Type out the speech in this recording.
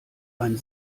ein